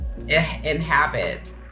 inhabit